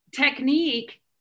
technique